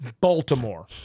Baltimore